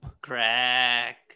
Crack